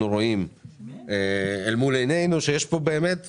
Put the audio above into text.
רואים אל מול עניינו שיש פה באמת העדפה,